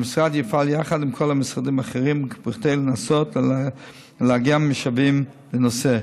המשרד יפעל יחד עם כל המשרדים האחרים כדי לנסות ולאגם משאבים לנושא.